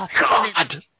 God